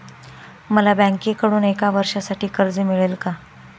मला बँकेकडून एका वर्षासाठी कर्ज मिळेल का?